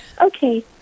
Okay